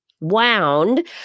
wound